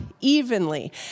evenly